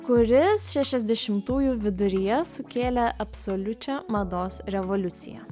kuris šešiasdešimtųjų viduryje sukėlė absoliučią mados revoliuciją